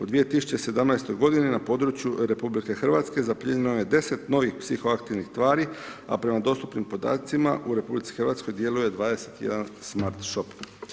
U 2017. godini na području RH zaplijenjeno je 10 novih psihoaktivnih tvari a prema dostupnim podacima u RH djeluje 21 smart shop.